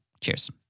Cheers